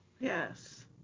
Yes